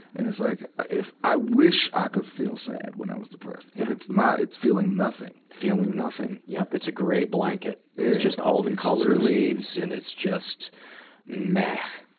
and it's like, if, i wish i could feel sad when i was depressed. but and it's not it's feeling nothing. feeling nothing. yup. it's a gray blanket. it's just all the color leaves, and it's just meh! yeah.